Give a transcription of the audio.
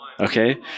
Okay